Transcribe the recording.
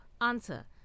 Answer